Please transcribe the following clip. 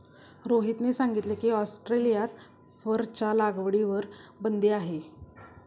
रोहितने सांगितले की, ऑस्ट्रेलियात फरच्या लागवडीवर बंदी आहे